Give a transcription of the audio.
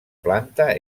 planta